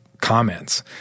comments